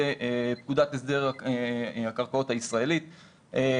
לפקודת הסדר הקרקעות הישראלית.